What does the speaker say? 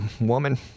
woman